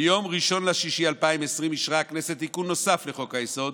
ביום 1 ביוני 2020 אישרה הכנסת תיקון נוסף לחוק-היסוד,